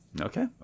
Okay